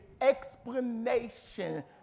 explanation